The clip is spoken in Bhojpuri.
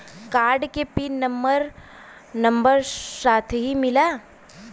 कार्ड के पिन नंबर नंबर साथही मिला?